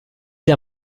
der